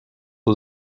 aux